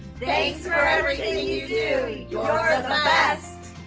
thanks for everything you do. you're the best.